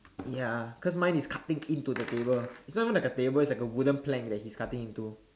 ya cause mine is cutting into the table it's not even like a table it's like a wooden plank that he's cutting into